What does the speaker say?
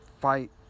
fight